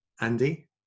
Andy